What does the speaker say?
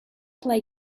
play